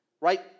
Right